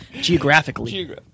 Geographically